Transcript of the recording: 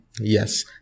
yes